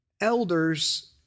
elders